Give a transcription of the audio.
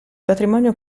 patrimonio